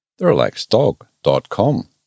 therelaxeddog.com